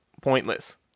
pointless